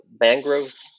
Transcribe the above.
mangroves